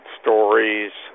stories